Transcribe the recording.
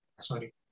sorry